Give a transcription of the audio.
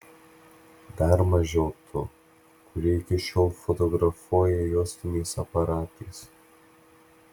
dar mažiau tų kurie iki šiol fotografuoja juostiniais aparatais